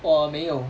我没有